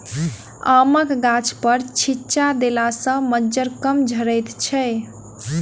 आमक गाछपर छिच्चा देला सॅ मज्जर कम झरैत छै